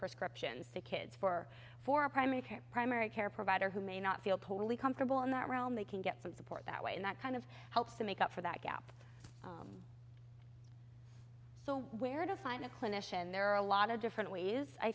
prescriptions the kids for four primary care primary care provider who may not feel totally comfortable in that realm they can get some support that way and that kind of helps to make up for that gap so where to find a clinician there are a lot of different ways i